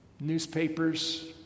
newspapers